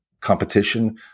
competition